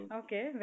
okay